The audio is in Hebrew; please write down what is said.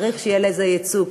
צריך שיהיה לנושא הזה ייצוג,